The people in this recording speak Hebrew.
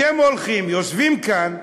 אתם הולכים, יושבים כאן,